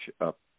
up